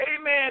amen